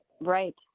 right